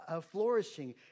flourishing